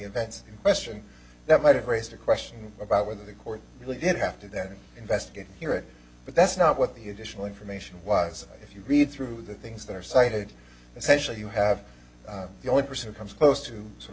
events question that might have raised a question about whether the court really did have to then investigate hear it but that's not what the additional information was if you read through the things that are cited essentially you have the only person who comes close to